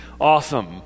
awesome